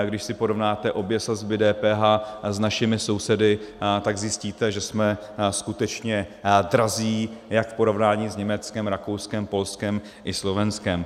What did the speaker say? Když si porovnáte obě sazby DPH s našimi sousedy, tak zjistíte, že jsme skutečně drazí jak v porovnání s Německem, Rakouskem, Polskem i Slovenskem.